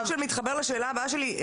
זה מתחבר לשאלה הבאה שלי.